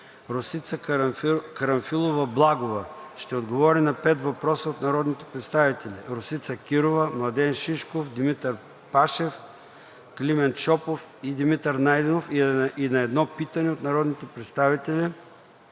Росица Карамфилова-Благова ще отговори на пет въпроса от народните представители Росица Кирова; Младен Шишков; Димитър Пашев; Климент Шопов; и Димитър Найденов и на едно питане от народните представители